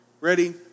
ready